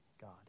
God